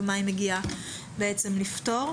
ומה היא מגיעה לפתור.